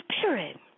Spirit